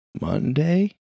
Monday